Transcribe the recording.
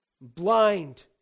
blind